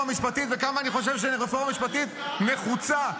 משפטית וכמה אני חושב שרפורמה משפטית נחוצה,